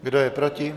Kdo je proti?